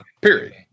Period